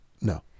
No